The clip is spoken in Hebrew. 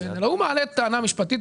אלא הוא מעלה טענה משפטית,